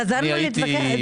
חזרנו להתווכח?